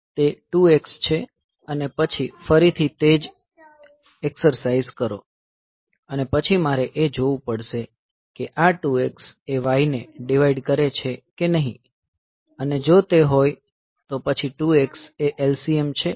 તે 2 x છે અને પછી ફરીથી તે જ એકસરસાઈઝ કરો અને પછી મારે એ જોવું પડશે કે આ 2 x એ y ને ડીવાઈડ કરે છે કે નહીં અને જો તે હોય તો પછી 2 x એ LCM છે